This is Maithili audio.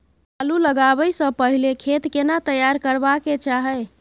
आलू लगाबै स पहिले खेत केना तैयार करबा के चाहय?